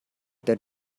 that